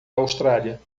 austrália